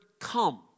come